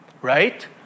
right